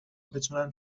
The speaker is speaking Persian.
بتونن